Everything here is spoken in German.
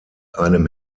einem